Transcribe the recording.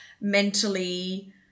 mentally